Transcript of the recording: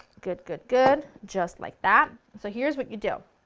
good good, good. just like that. so here's what you do.